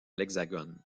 l’hexagone